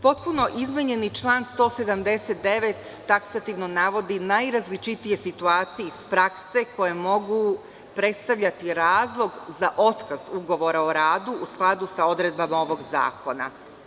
Potpuno izmenjen član 179. taksativno navodi na najrazličitije situacije iz prakse koje mogu predstavljati razlog za otkaz ugovora o radu u skladu sa odredbama ovog zakona.